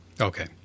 Okay